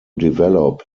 develop